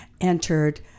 entered